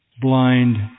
blind